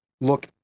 look